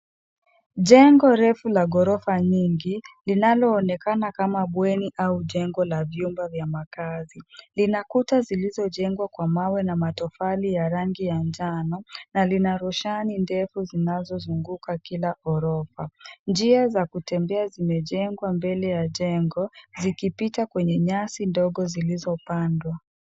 Jengo refu la gorofa nyingi, linalo onekana kama bweni au jengo la vyumba vya makazi. Lina kuta zilizojengwa kwa Mawe na matofali ya rangi ya njano na lina roshani ndefu zinazo zunguka kila gorofa. Njia za kupita zimejengwa mbele ya jengo, zikipita kwenye nyasi ndogo zilizopandwa.